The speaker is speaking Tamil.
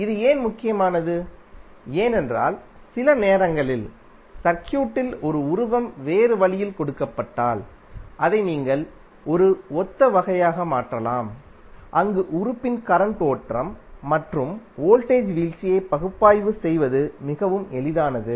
இது ஏன் முக்கியமானது ஏனென்றால் சில நேரங்களில் சர்க்யூட்டில் ஒரு உருவம் வேறு வழியில் கொடுக்கப்பட்டால் அதை நீங்கள் ஒரு ஒத்த வகையாக மாற்றலாம் அங்கு உறுப்பின் கரண்ட் ஓட்டம் மற்றும் வோல்டேஜ் வீழ்ச்சியை பகுப்பாய்வு செய்வது மிகவும் எளிதானது